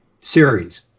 series